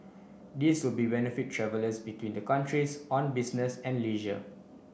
this will be benefit travellers between the countries on business and leisure